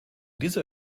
dieser